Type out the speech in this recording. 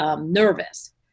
nervous